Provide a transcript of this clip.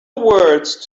words